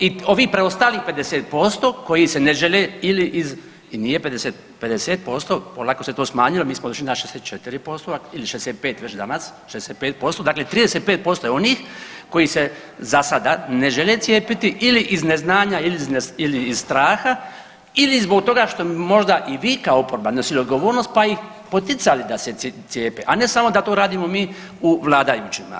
I ovi preostali 50% koji se ne žele ili iz, i nije 50, 50% polako se to smanjilo mi smo došli 64% ili 65 već danas, 65% dakle 35% je onih koji se za sada ne žele cijepiti ili iz neznanja ili iz straha ili zbog toga što možda i vi kao oporba nosili odgovornost pa ih poticali da ih cijepe, a ne da to samo radimo mi u vladajućima.